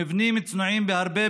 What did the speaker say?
מבנים צנועים בהרבה,